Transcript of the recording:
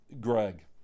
Greg